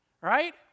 Right